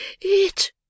It